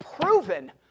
proven